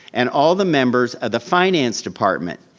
and all the members of the finance department,